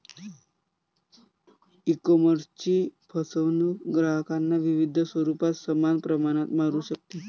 ईकॉमर्सची फसवणूक ग्राहकांना विविध स्वरूपात समान प्रमाणात मारू शकते